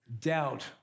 doubt